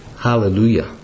Hallelujah